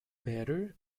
better